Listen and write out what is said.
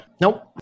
Nope